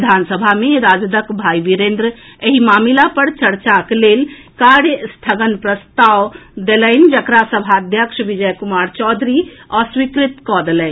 विधानसभा मे राजदक भाई बीरेन्द्र एहि मामिला पर चर्चाक लेल कार्य स्थगन प्रस्ताव देलनि जकरा सभाध्यक्ष विजय कुमार चौधरी अस्वीकृत कऽ देलनि